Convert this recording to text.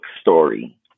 story